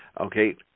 Okay